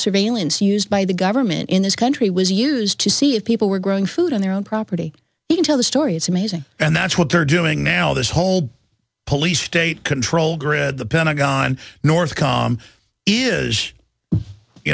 surveillance used by the government in this country was used to see if people were growing food on their own property he can tell the story is amazing and that's what they're doing now this whole police state control grid the pentagon north com is you